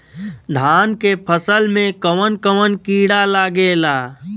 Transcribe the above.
धान के फसल मे कवन कवन कीड़ा लागेला?